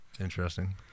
interesting